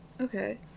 Okay